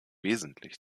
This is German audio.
wesentlich